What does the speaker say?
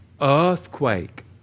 earthquake